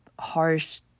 harsh